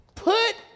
Put